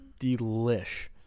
delish